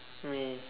me